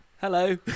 hello